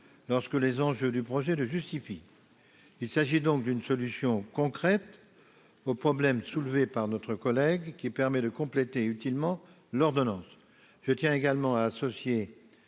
lorsque les enjeux du projet le justifient. Il s'agit donc d'une solution concrète aux problèmes soulevés par notre collègue qui permet de compléter utilement l'ordonnance. Je tiens également à citer